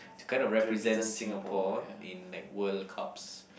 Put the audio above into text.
to kind of represent Singapore in like World Cups